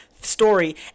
story